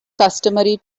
customary